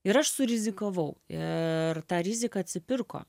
ir aš surizikavau ir ta rizika atsipirko